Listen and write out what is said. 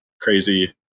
crazy